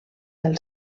del